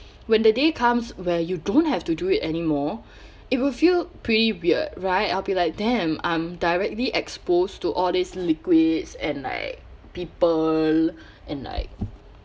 when the day comes where you don't have to do it anymore it will feel pretty weird right I'll be like damn I'm directly exposed to all these liquids and like people and like